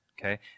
Okay